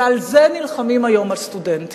ועל זה נלחמים היום הסטודנטים.